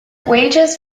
wages